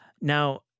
Now